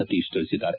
ಸತೀಶ್ ತಿಳಿಸಿದ್ದಾರೆ